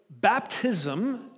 baptism